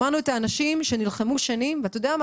שמענו את האנשים שנלחמו שנים, ואתה יודע מה?